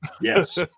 Yes